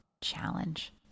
Challenge